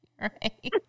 Right